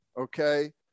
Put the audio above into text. okay